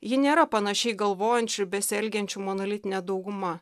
ji nėra panašiai galvojančių besielgiančių monolitinė dauguma